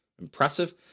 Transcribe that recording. Impressive